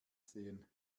sehen